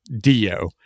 Dio